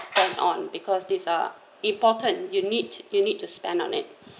spend on because these are important you need you need to spend on it